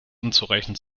unzureichend